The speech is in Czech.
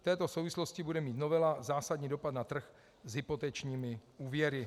V této souvislosti bude mít novela zásadní dopad na trh s hypotečními úvěry.